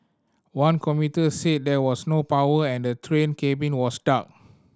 one commuter said there was no power and the train cabin was dark